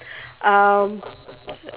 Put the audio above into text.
um